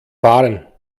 fahren